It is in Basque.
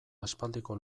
aspaldiko